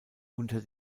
unter